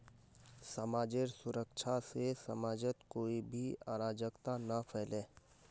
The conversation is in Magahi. समाजेर सुरक्षा से समाजत कोई भी अराजकता ना फैले